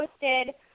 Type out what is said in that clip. posted